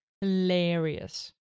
Hilarious